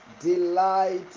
Delight